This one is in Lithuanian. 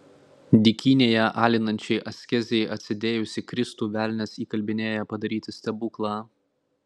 dykynėje alinančiai askezei atsidėjusį kristų velnias įkalbinėja padaryti stebuklą